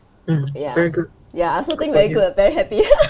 ya ya I also think very good very happy